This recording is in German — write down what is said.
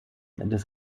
des